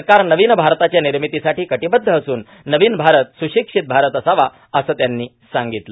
सरकार नवीन भारताच्या निर्मितीसाठी कटिबद्ध असून नवीन भारत सुशिक्षित भारत असावा असं त्यांनी सांगितलं